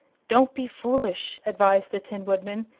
don't be foolish, advised the tin woodman,